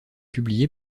publié